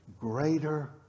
greater